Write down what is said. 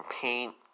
paint